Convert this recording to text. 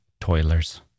toilers